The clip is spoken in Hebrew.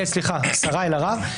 סליחה, השרה אלהרר.